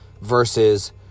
versus